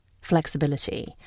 flexibility